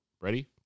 Ready